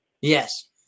Yes